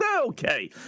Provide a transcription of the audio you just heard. Okay